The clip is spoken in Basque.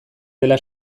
dela